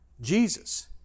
Jesus